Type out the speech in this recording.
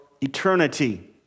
eternity